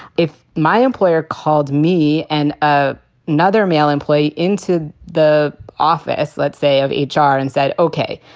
if my employer called me and ah another male and play into the office, let's say, of h r. and said, ok,